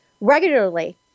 regularly